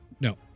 No